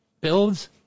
builds